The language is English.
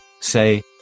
say